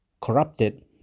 Corrupted